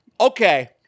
Okay